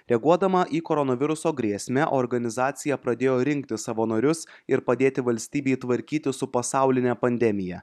reaguodama į koronaviruso grėsmę organizacija pradėjo rinkti savanorius ir padėti valstybei tvarkytis su pasauline pandemija